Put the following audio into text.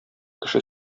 кеше